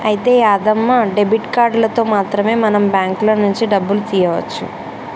అయితే యాదమ్మ డెబిట్ కార్డులతో మాత్రమే మనం బ్యాంకుల నుంచి డబ్బులు తీయవచ్చు